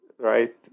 right